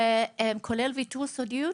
כולל ויתור סודיות,